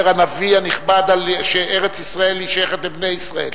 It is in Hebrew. אומר הנביא הנכבד שארץ-ישראל שייכת לבני ישראל.